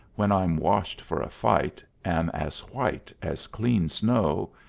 when i'm washed for a fight, am as white as clean snow,